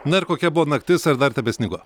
na ir kokia buvo naktis ar dar tebesnigo